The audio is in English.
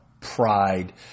pride